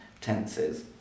tenses